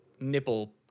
nipple